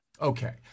Okay